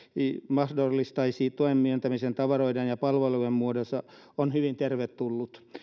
mahdollistaisi tuen myöntämisen tavaroiden ja palvelujen muodossa on hyvin tervetullut